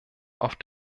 auf